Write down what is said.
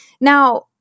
Now